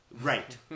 right